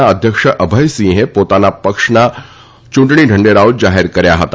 ના અધ્યક્ષ અભયસિંહે પોતપોતાના પક્ષના યૂંટણી ઢંઢેરાઓ જાહેર કર્યા હતા